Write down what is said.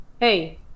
hey